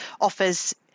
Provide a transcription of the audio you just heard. offers